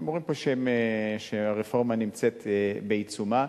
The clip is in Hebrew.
והם אומרים פה שהרפורמה נמצאת בעיצומה.